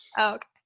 okay